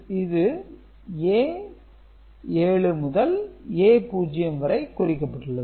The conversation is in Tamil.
இது A 7 முதல் A 0 வரை குறிக்கப்பட்டுள்ளது